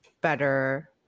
better